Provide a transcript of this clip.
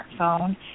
smartphone